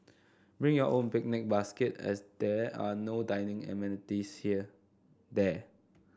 bring your own picnic basket as there are no dining amenities there